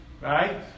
right